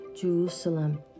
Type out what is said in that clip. Jerusalem